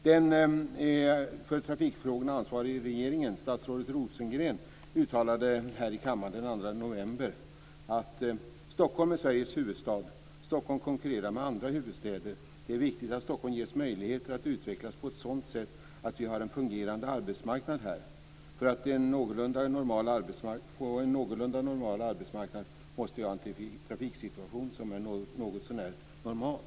Den för trafikfrågorna ansvarige i regeringen, statsrådet Rosengren, uttalade här i kammaren den 2 november: "Stockholm är Sveriges huvudstad. Stockholm konkurrerar med andra huvudstäder. Det är viktigt att Stockholm ges möjligheter att utvecklas på ett sådant sätt att vi har en fungerande arbetsmarknad här. För att få en fungerande arbetsmarknad måste vi ha en trafiksituation som är något så när normal".